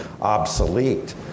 obsolete